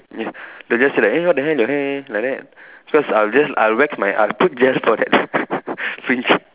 they just say like eh what the hell your hair like that cause I'll just I'll wax I'll put gel just for that fringe